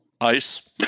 Ice